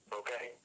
okay